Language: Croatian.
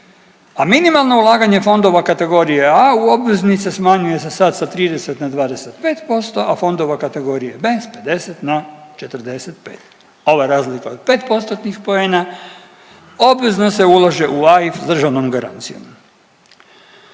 A minimalna ulaganja fondova kategorije A u obveznice smanjuje se sad sa 30 na 25%, a fondova kategorija B s 50 na 45. Ova razlika od 5%-tnih poena obvezno se ulaže u AIF s državnom garancijom.